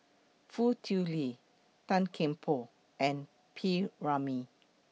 Foo Tui Liew Tan Kian Por and P Ramlee